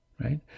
right